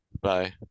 Bye